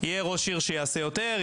יהיה ראש עיר שיעשה יותר,